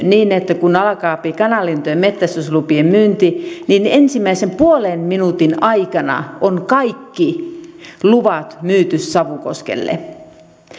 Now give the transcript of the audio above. niin että kun alkaapi kanalintujen metsästyslupien myynti niin ensimmäisen puolen minuutin aikana on kaikki luvat myyty savukoskelle